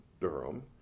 Durham